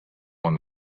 when